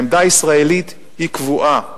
העמדה הישראלית היא קבועה: